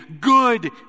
good